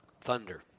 thunder